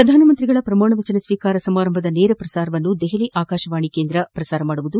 ಪ್ರಧಾನಮಂತ್ರಿಗಳ ಪ್ರಮಾಣವಚನ ಸ್ವೀಕಾರ ಸಮಾರಂಭದ ನೇರ ಪ್ರಸಾರವನ್ನು ದೆಹಲಿ ಆಕಾಶವಾಣಿ ಬಿತ್ತರಿಸಲಿದೆ